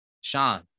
sean